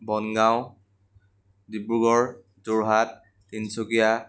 Bongaon Dibrugarh Jorhat Tinsukia